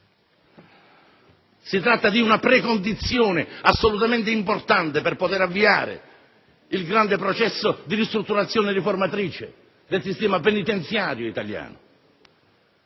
Si tratta di una precondizione assolutamente importante per poter avviare il grande processo di ristrutturazione riformatrice del sistema penitenziario italiano.